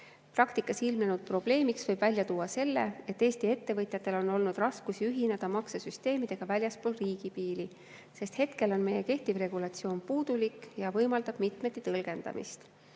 Praktikas ilmnenud probleemina võib välja tuua selle, et Eesti ettevõtjatel on olnud raskusi ühineda maksesüsteemidega väljaspool riigi piire, sest hetkel on kehtiv regulatsioon puudulik ja võimaldab mitmeti tõlgendamist.